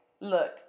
Look